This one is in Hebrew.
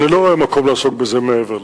אני לא רואה מקום לעסוק בזה מעבר לזה.